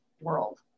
world